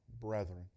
brethren